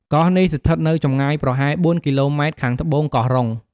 កោះនេះស្ថិតនៅចំងាយប្រហែល ៤ គីឡូម៉ែត្រខាងត្បូងកោះរ៉ុង។